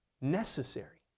necessary